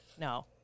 No